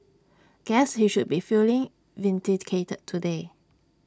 guess he should be feeling vindicated today